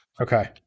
okay